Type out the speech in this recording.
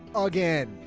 again,